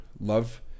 love